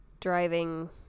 driving